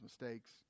mistakes